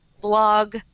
blog